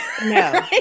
No